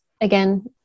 again